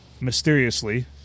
mysteriously